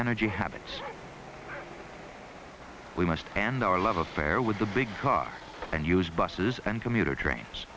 energy habits we must and our love affair with the big car and use buses and commuter trains